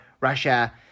Russia